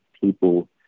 people